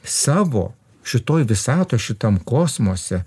savo šitoj visatoj šitam kosmose